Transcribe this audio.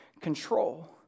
control